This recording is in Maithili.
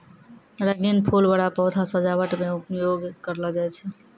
रंगीन फूल बड़ा पौधा सजावट मे उपयोग करलो जाय छै